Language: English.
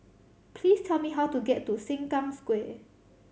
please tell me how to get to Sengkang Square